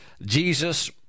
Jesus